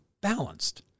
balanced